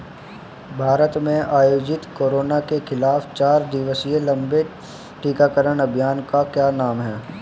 भारत में आयोजित कोरोना के खिलाफ चार दिवसीय लंबे टीकाकरण अभियान का क्या नाम है?